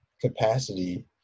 capacity